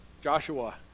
Joshua